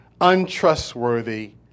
untrustworthy